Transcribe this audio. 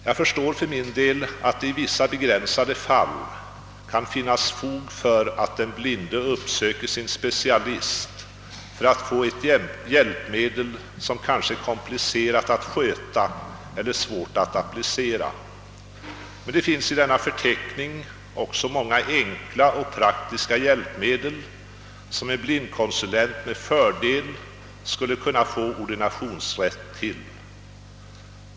Jag förstår att det i vissa fall kan finnas fog för att den blinde skall uppsöka sin specialist för att få ett hjälpmedel som kanske är komplicerat att sköta eller svårt att applicera. Men det finns i denna förteckning också många enkla och praktiska hjälpmedel som en blindkonsulent med fördel skulle kunna erhålla ordinationsrätt till.